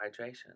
hydration